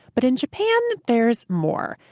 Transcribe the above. but in japan, there's more.